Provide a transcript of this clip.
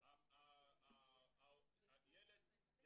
אם רואים שיש לילד חבורה,